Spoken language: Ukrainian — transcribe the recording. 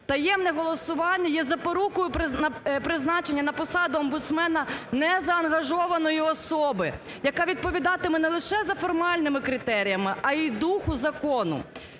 Таємне голосування є запорукою призначення на посаду омбудсмена незаангажованої особи, яка відповідатиме не лише за формальними критеріями, а і духу закону.